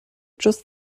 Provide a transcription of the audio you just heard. just